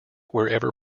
wherever